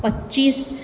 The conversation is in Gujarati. પચીસ